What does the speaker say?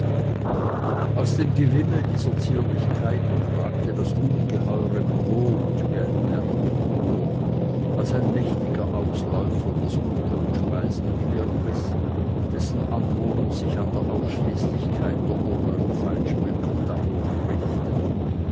aus dem gewimmel dieser zierlichkeiten ragte das ungeheure brot wie ein berg empor als ein mächtiger ausläufer des untern speisengebirges dessen anwohner sich an der ausschließlichkeit der oberen feinschmecker dadurch rächten